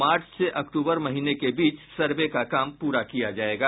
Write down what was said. मार्च से अक्टूबर महीने के बीच सर्वे का काम पूरा किया जायेगा